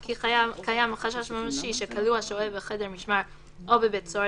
כי קיים חשש ממשי שכלוא השוהה בחדר משמר או בבית סוהר